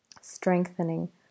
strengthening